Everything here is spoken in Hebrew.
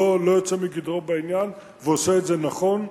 הוא לא יוצא מגדרו בעניין, ועושה את זה נכון.